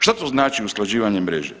Šta to znači usklađivanje mreže?